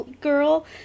girl